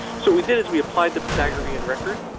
so we did. is we applied the pythagorean record.